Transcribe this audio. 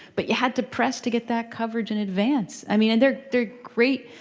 but you had to press to get that coverage in advance. i mean, and they're they're great.